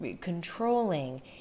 Controlling